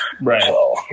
right